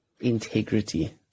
integrity